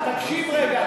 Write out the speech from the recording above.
תקשיב רגע,